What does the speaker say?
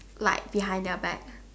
like behind their back